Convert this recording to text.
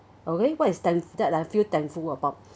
okay what is thank that I feel thankful about